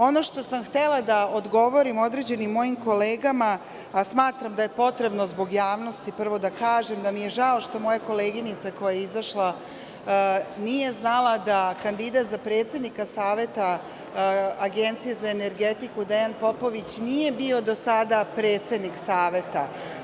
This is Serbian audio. Ono što sam htela da odgovorim određenim mojim kolegama, a smatram da je potrebno zbog javnosti prvo da kažem da mi je žao što moja koleginica koja je izašla nije znala da kandidat za predsednika Saveta Agencije za energetiku Dejan Popović nije bio do sada predsednik Saveta.